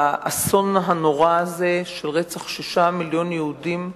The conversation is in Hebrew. באסון הנורא הזה של רצח שישה מיליוני יהודים בשואה,